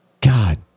God